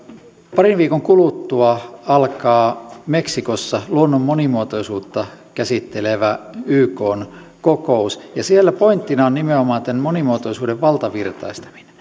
parin viikon kuluttua alkaa meksikossa luonnon monimuotoisuutta käsittelevä ykn kokous siellä pointtina on nimenomaan tämän monimuotoisuuden valtavirtaistaminen